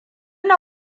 na